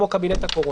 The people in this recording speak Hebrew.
כמו קבינט הקורונה.